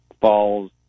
falls